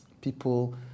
People